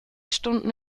stunden